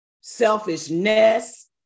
selfishness